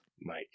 Mike